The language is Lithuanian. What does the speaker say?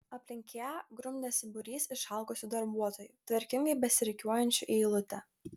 aplink ją grumdėsi būrys išalkusių darbuotojų tvarkingai besirikiuojančių į eilutę